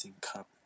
cup